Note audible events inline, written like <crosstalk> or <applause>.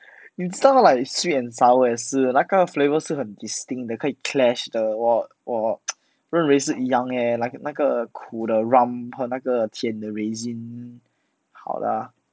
你知道 like sweet and sour 也是那个 flavour 是很 distinct 的可以 clash 的我我 <noise> 认为是一样 eh 那那个苦的 rum 和那个甜的 rasins 好啦